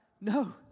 No